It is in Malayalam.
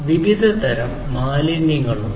വിവിധ തരം മാലിന്യങ്ങൾ ഉണ്ട്